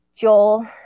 Joel